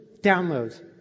Downloads